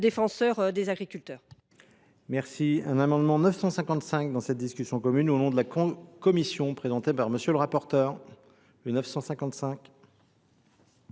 défenseure des agriculteurs